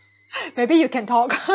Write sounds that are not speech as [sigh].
maybe you can talk [laughs]